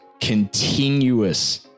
continuous